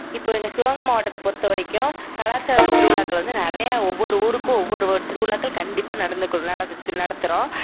இப்போ எங்கள் சிவகங்கை மாவட்டத்தை பொறுத்த வரைக்கும் கலாச்சாரக் திருவிழாக்கள் வந்து நிறையா ஒவ்வொரு ஊருக்கும் ஒவ்வொரு திருவிழாக்கள் கண்டிப்பாக நடந்துக்கு நடந்து நடத்துகிறோம்